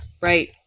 right